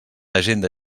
agenda